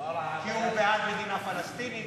כי הוא בעד מדינה פלסטינית,